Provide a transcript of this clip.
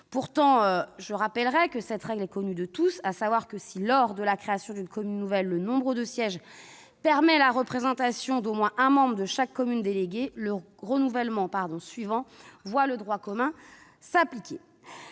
Pourtant, je rappellerai une règle connue de tous : si, lors de la création d'une commune nouvelle, le nombre de sièges permet la représentation d'au moins un membre de chaque commune déléguée, le renouvellement suivant voit le droit commun s'appliquer.